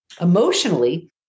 Emotionally